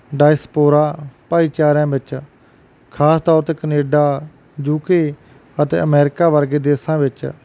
diaspora ਭਾਈਚਾਰਿਆਂ ਵਿੱਚ ਖ਼ਾਸ ਤੌਰ 'ਤੇ ਕਨੇਡਾ ਯੂ ਕੇ ਅਤੇ ਅਮੈਰੀਕਾ ਵਰਗੇ ਦੇਸ਼ਾਂ ਵਿੱਚ